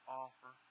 offer